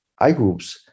iGroups